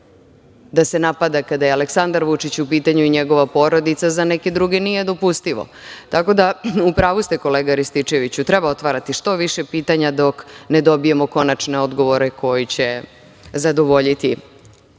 da se napada kada je Aleksandar Vučić u pitanju i njegova porodica, za neke druge nije dopustivo. Tako da u pravu ste, kolega Rističeviću, treba otvarati što više pitanja dok ne dobijemo konačne odgovore koji će zadovoljiti